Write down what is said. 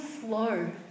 slow